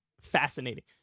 Fascinating